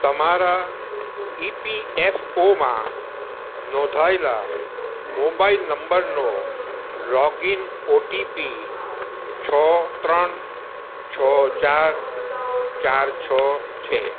તમારા ઇપીએફઓમાં નોંધાયેલા મોબાઈલ નંબરનો લોગઈન ઓટીપી છ ત્રણ છ ચાર ચાર છ છે